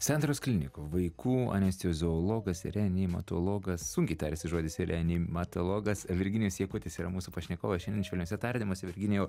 santaros klinikų vaikų anesteziologas reanimatologas sunkiai tariasi žodis ir reanimatologas virginijus jakutis yra mūsų pašnekovas šiandien švelniuose tardymuose virginijau